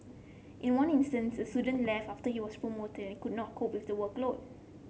in one instance a student left after he was promoted could not cope with the workload